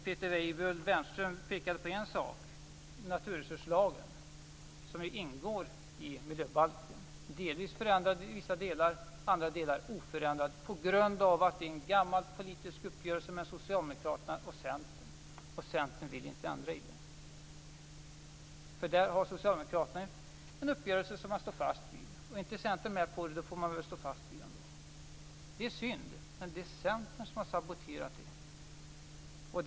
Peter Weibull Bernström pekade på en sak, naturresurslagen, som ingår i miljöbalken. Delvis förändrade vi vissa delar. Andra delar är oförändrade på grund av att det är en gammal politisk uppgörelse mellan Socialdemokraterna och Centern, och Centern ville inte göra ändringar. Där har Socialdemokraterna en uppgörelse som man står fast vid. Är inte Centern med på en ändring får man stå fast vid uppgörelsen. Det är synd, men det är Centern som har saboterat det.